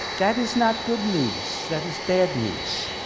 that is not good news. that is bad news,